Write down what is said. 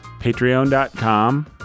Patreon.com